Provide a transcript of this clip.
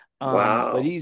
Wow